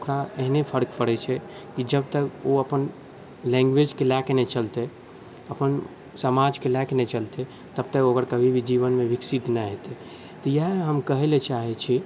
ओकरा एहने फर्क पड़ै छै कि जब तक ओ अपन लैँग्वेजके लऽ कऽ नहि चलतै अपन समाजके लऽ कऽ नहि चलतै तब तक ओकर कभी भी जीवनमे विकसित नहि हेतै तऽ इएह हम कहैलए चाहै छी